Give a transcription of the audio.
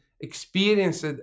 experienced